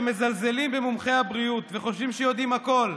שמזלזלים במומחי הבריאות וחושבים שיודעים הכול,